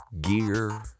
gear